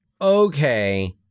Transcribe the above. Okay